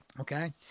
Okay